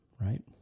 Right